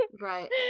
Right